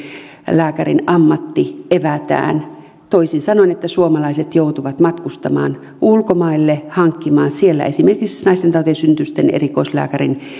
lääkärin ammatti evätään toisin sanoen että suomalaiset joutuvat matkustamaan ulkomaille ja hankkimaan siellä esimerkiksi naistentautien ja synnytysten erikoislääkärin